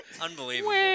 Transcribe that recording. Unbelievable